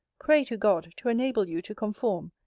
pray to god to enable you to conform.